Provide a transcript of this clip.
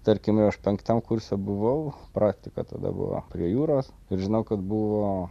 tarkime aš penktam kurse buvau praktika tada buvo prie jūros ir žinau kad buvo